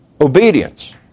obedience